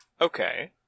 Okay